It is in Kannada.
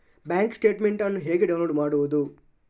ಬ್ಯಾಂಕ್ ಸ್ಟೇಟ್ಮೆಂಟ್ ಅನ್ನು ಹೇಗೆ ಡೌನ್ಲೋಡ್ ಮಾಡುವುದು?